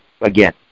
again